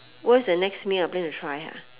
what's the next meal I'm planning to try ha